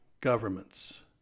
governments